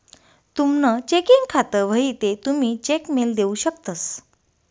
तुमनं चेकिंग खातं व्हयी ते तुमी चेक मेल देऊ शकतंस